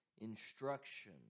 instruction